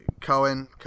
Cohen